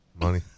money